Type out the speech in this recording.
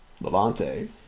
Levante